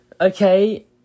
okay